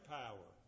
power